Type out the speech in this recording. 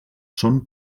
són